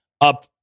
up